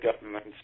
government